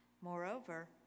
Moreover